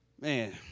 Man